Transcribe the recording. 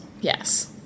Yes